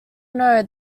know